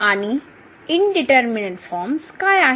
आणि indeterminate forms काय आहेत